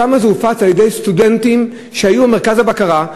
שם זה הופץ על-ידי סטודנטים שהיו במרכז הבקרה,